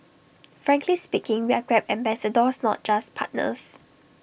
frankly speaking we are grab ambassadors not just partners